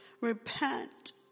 Repent